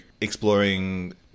exploring